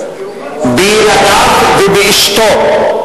בילדיו ובאשתו,